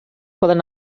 poden